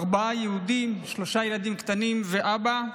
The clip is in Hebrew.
ארבעה יהודים, שלושה ילדים קטנים ואבא.